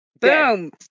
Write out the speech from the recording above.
Boom